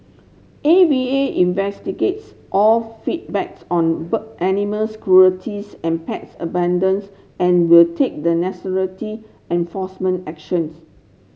A V A investigates all feedbacks on animals cruelties and pets abandons and will take the enforcement actions